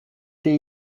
été